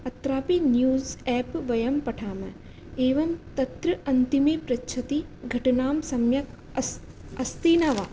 अत्रापि news app वयं पठामः एवं तत्र अन्तिमे पृच्छति घटनां सम्यक् अस् अस्ति न वा